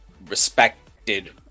respected